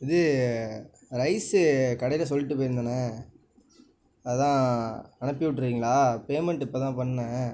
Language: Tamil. இது ரைஸ்ஸு கடையில் சொல்லிவிட்டு போயிருந்தண்ணே அதுதான் அனுப்பிவிட்டுறீங்களா பேமெண்ட்டு இப்போ தான் பண்ணிணேன்